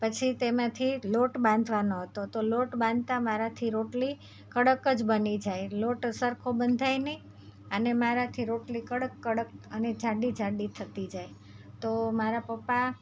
પછી તેમાંથી લોટ બાંધવાનો હતો તો લોટ બાંધતા મારાથી રોટલી કડક જ બની જાય લોટ સરખો બંધાય નહીં અને મારાથી રોટલી કડક કડક અને જાડી જાડી થતી જાય તો મારા પપ્પા